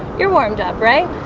you're warmed up right